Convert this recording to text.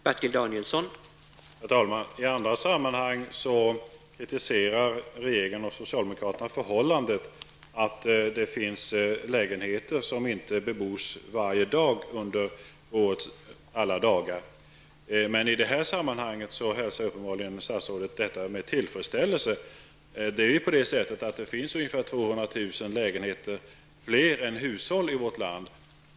Herr talman! I andra sammanhang kritiserar regeringen och socialdemokraterna det förhållandet att det finns lägenheter som inte bebos varje dag under årets alla dagar. Men i detta sammanhang hälsar statsrådet uppenbarligen detta faktum med tillfredsställelse. Det finns ungefär 200 000 fler lägenheter än hushåll i vårt land.